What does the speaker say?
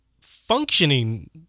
functioning